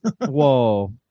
Whoa